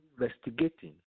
investigating